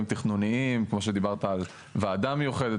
תכנוניים כמו שדיברת על ועדה מיוחדת,